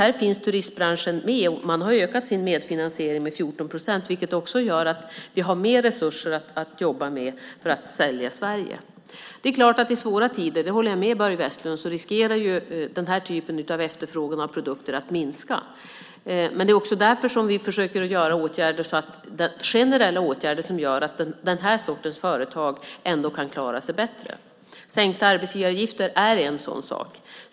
Här finns turistbranschen med, och man har ökat sin medfinansiering med 14 procent, vilket också gör att vi har mer resurser att jobba med för att sälja Sverige. Det är klart att det är svåra tider, det håller jag med Börje Vestlund om. Då riskerar efterfrågan av denna typ av produkter att minska. Det är också därför som vi försöker vidta generella åtgärder som gör att denna sorts företag ändå kan klara sig bättre. Sänkta arbetsgivaravgifter är en sådan sak.